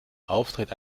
auftritt